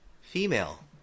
Female